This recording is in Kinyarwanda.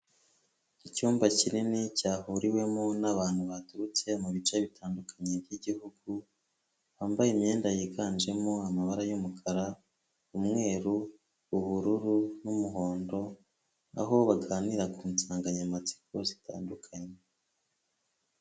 Icyumba kinini cyahuriwemo n'abantu baturutse mubi bice bitandukanye by'igihugu, bambaye imyenda yiganjemo amabara y'umukara, umweru, ubururu n'umuhondo, aho baganira ku nsanganyamatsiko zitandukanye.